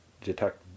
detect